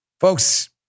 Folks